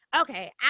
okay